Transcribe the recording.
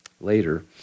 later